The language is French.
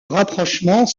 rapprochement